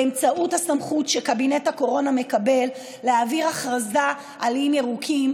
באמצעות הסמכות שקבינט הקורונה מקבל להעביר הכרזה על איים ירוקים,